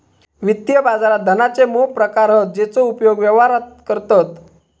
वित्तीय बाजारात धनाचे मोप प्रकार हत जेचो उपयोग व्यवहारात करतत